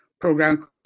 program